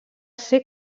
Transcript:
ser